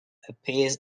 appears